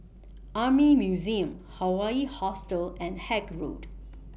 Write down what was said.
Army Museum Hawaii Hostel and Haig Road